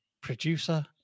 producer